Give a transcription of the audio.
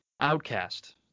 Outcast